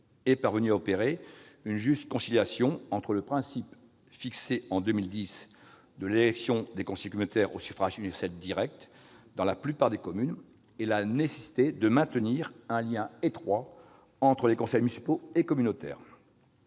a réussi à opérer une juste conciliation entre le principe, fixé en 2010, de l'élection des conseillers communautaires au suffrage universel direct dans la plupart des communes et la nécessité de maintenir un lien étroit entre les conseils municipaux et communautaires.